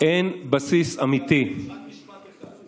אגיד רק משפט אחד: במליאת הכנסת,